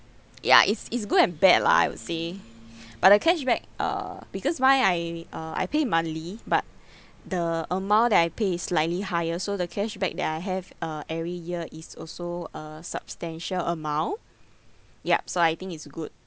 ya it's it's good and bad lah I would say but the cashback uh because why I uh I pay monthly but the amount that I pay is slightly higher so the cashback that I have uh every year is also a substantial amount yup so I think it's good